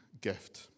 gift